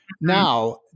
Now